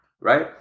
Right